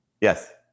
Yes